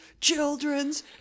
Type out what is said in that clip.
children's